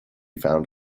found